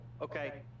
okay